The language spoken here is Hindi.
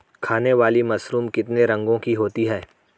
खाने वाली मशरूम कितने रंगों की होती है?